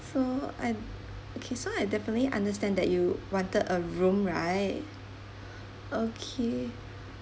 so I okay so I definitely understand that you wanted a room right okay